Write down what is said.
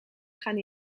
gaan